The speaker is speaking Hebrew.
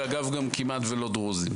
וגם כמעט ולא דרוזים.